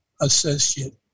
associate